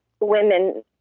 women